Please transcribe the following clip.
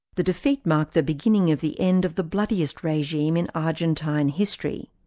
the defeat marked the beginning of the end of the bloodiest regime in argentine history.